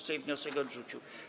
Sejm wniosek odrzucił.